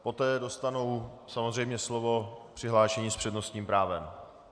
Poté dostanou samozřejmě slovo přihlášení s přednostním právem.